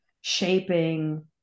shaping